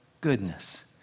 goodness